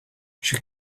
she